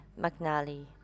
McNally